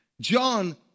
John